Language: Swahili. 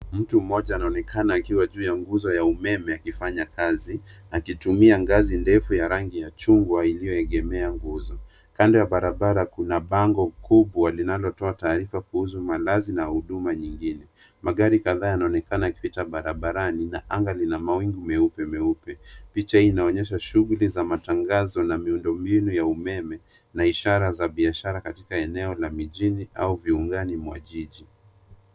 Mtu mmoja anaonekana akiwa juu ya nguzo ya umeme akifanya kazi. Akitumia ngazi ndefu ya rangi ya chungwa iliyoegemea nguzo. Kando ya barabara, kuna bango kubwa linalotoa taarifa kuhusu malazi na na huduma nyingine. Magari kadhaa yanaonekana yakipita barabarani, na anga lina mawingu meupe meupe. Picha inaonyesha shughuli za matangazo na miundombinu ya umeme, ishara za biashara katika eneo la mijini au viungani mwa jiji.